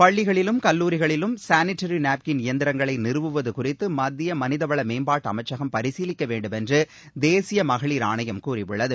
பள்ளிகளிலும் கல்லூரிகளிலும் sanitary napkin இயந்திரங்களை நிறுவுவது குறித்து மத்திய மனிதவள மேம்பாட்டு அமைச்சகம் பரிசீலிக்க வேண்டும் என்று தேசிய மகளிர் ஆணையம் கூறியுள்ளது